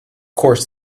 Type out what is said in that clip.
course